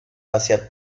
hacia